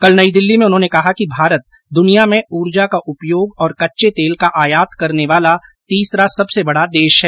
कल नई दिल्ली में उन्होंने कहा कि भारत दुनिया में ऊर्जा का उपयोग और कच्चें तेल का आयात करने वाला तीसरा सबसे बड़ा देश है